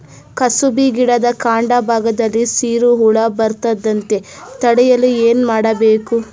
ಕುಸುಬಿ ಗಿಡದ ಕಾಂಡ ಭಾಗದಲ್ಲಿ ಸೀರು ಹುಳು ಬರದಂತೆ ತಡೆಯಲು ಏನ್ ಮಾಡಬೇಕು?